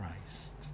Christ